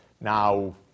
now